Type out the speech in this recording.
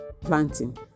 planting